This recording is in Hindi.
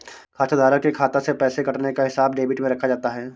खाताधारक के खाता से पैसे कटने का हिसाब डेबिट में रखा जाता है